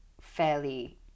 fairly